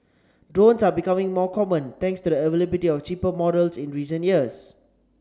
drones are becoming more common thanks to the availability of cheaper models in recent years